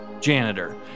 janitor